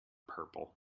purple